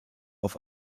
auf